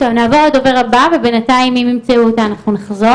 כיום מוכרים אצלנו כשמונה מאות חרשים